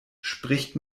spricht